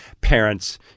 parents